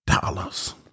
dollars